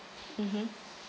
mmhmm